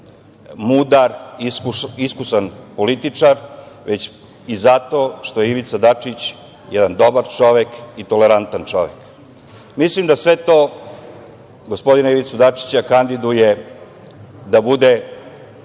mudar, iskusan političar, već i zato što je Ivica Dačić jedan dobar čovek i tolerantan čovek. Mislim da sve to, gospodina Ivicu Dačića kandiduje da bude